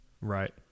Right